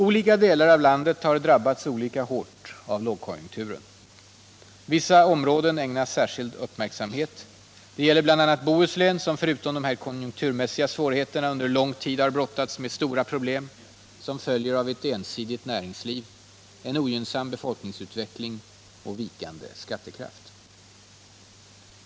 Olika delar av landet har drabbats olika hårt av lågkonjunkturen. Vissa områden ägnas särskild uppmärksamhet. Det gäller bl.a. Bohuslän, som förutom de här konjunkturmässiga svårigheterna under lång tid har brot 47 tats med de stora problem som följer av ett ensidigt näringsliv, en ogynnsam befolkningsutveckling och vikande skattekraft.